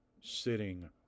sitting